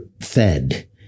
fed